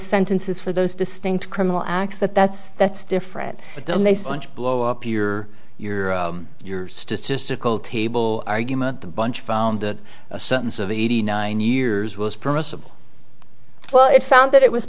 sentences for those distinct criminal acts that that's that's different don't they sledge blow up your you're your statistical table argument the bunch found a sentence of eighty nine years was permissible well it found that it was